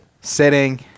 Sitting